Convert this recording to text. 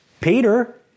Peter